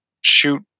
shoot